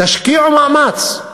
תשקיעו מאמץ.